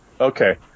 Okay